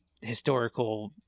historical